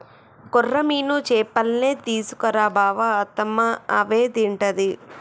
కొర్రమీను చేపల్నే తీసుకు రా బావ అత్తమ్మ అవే తింటది